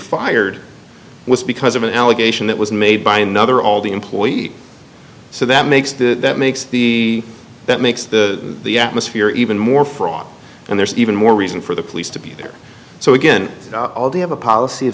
fired was because of an allegation that was made by another all the employee so that makes the that makes the that makes the atmosphere even more fraught and there's even more reason for the police to be there so again all they have a policy of